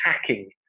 hacking